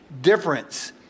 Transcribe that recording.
difference